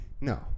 No